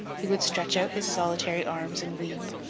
he would stretch out his solitary arms and weep.